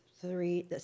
three